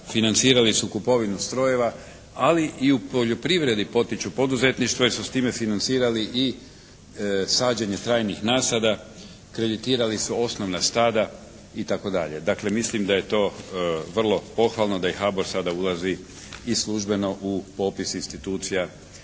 financirali su kupovinu strojeva ali i u poljoprivredi potiču poduzetništvo jer su s time financirali i sađenje trajnih nasada, kreditirali su osnovna stada itd. Dakle, mislim da je to vrlo pohvalno da i HABOR sada ulazi i službeno u popis institucija